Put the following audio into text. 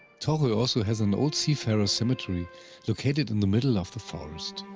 torro also has an old seafarer's cemetery located in the middle of the forest.